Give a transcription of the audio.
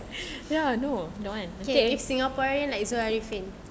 K if singaporean like zul ariffin